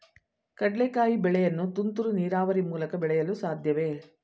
ಕಡ್ಲೆಕಾಯಿ ಬೆಳೆಯನ್ನು ತುಂತುರು ನೀರಾವರಿ ಮೂಲಕ ಬೆಳೆಯಲು ಸಾಧ್ಯವೇ?